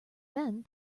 then